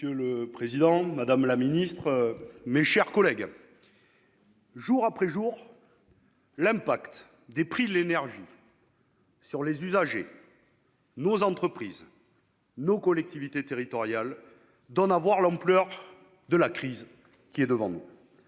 Monsieur le président, madame la ministre, mes chers collègues, jour après jour, l'impact des prix de l'énergie sur les usagers, nos entreprises, nos collectivités territoriales donne à voir l'ampleur de la crise qui est devant nous.